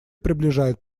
приближает